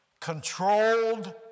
controlled